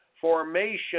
formation